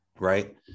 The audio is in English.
right